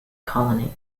colony